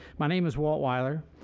my name is walt willer.